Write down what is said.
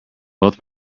both